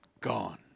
gone